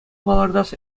палӑртас